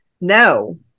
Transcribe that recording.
No